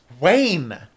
Wayne